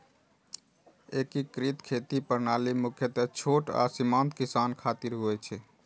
एकीकृत खेती प्रणाली मुख्यतः छोट आ सीमांत किसान खातिर होइ छै